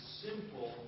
simple